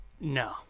No